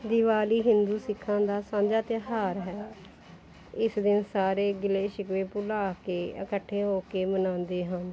ਦੀਵਾਲੀ ਹਿੰਦੂ ਸਿੱਖਾਂ ਦਾ ਸਾਂਝਾ ਤਿਉਹਾਰ ਹੈ ਇਸ ਦਿਨ ਸਾਰੇ ਗਿਲੇ ਸ਼ਿਕਵੇ ਭੁਲਾ ਕੇ ਇਕੱਠੇ ਹੋ ਕੇ ਮਨਾਉਂਦੇ ਹਨ